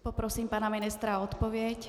Poprosím pana ministra o odpověď.